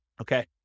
Okay